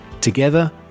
Together